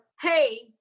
Hey